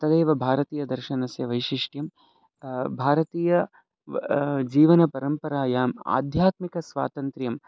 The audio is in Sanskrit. तदेव भारतीयदर्शनस्य वैशिष्ट्यं भारतीय जीवनपरम्परायाम् आध्यात्मिकस्वातन्त्र्यम्